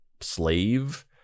slave